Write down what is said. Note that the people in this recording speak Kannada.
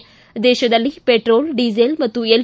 ದೇಶದಲ್ಲಿ ಪೆಟ್ರೋಲ್ ಡಿಸೇಲ್ ಮತ್ತು ಎಲ್